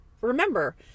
remember